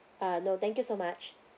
uh no thank you so much